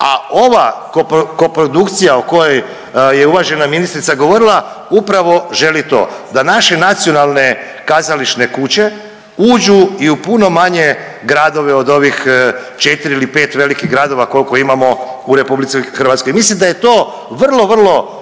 a ova koprodukcija o kojoj je uvažena ministrica govorila upravo želi to da naše nacionalne kazališne kuće uđu i u puno manje gradove od ovih 4 ili 5 velikih gradova koliko imamo u RH. Mislim da je to vrlo, vrlo